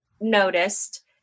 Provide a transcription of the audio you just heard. noticed